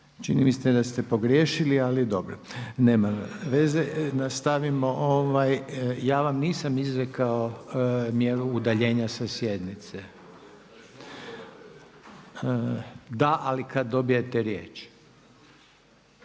Čini mi se da ste pogriješili, ali dobro. Nema veze. Nastavimo. Ja vam nisam izrekao mjeru udaljenja sa sjednice. Da, ali kad dobijete riječ.